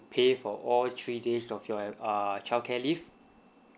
pay for all three days of your err childcare leave